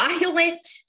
violent